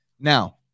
Now